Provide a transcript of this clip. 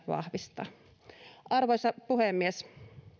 vahvistaa arvoisa puhemies